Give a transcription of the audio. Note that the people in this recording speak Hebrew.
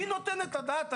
מי נותן על זה את הדעת?